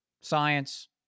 science